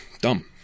Dumb